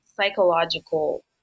psychological